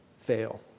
fail